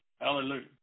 Hallelujah